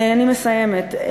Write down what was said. אני מסיימת.